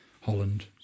Holland